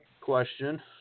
question